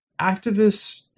activists